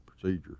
procedure